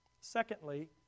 Secondly